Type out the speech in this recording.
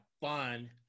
fun